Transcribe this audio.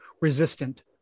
resistant